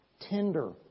tender